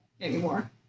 anymore